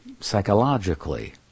psychologically